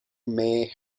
may